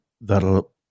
that'll